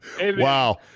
Wow